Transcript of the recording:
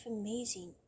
amazing